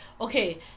Okay